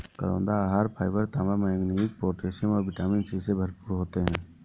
करौंदा आहार फाइबर, तांबा, मैंगनीज, पोटेशियम और विटामिन सी से भरपूर होते हैं